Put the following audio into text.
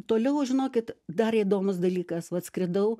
toliau žinokit dar įdomus dalykas vat skridau